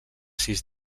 sis